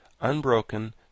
unbroken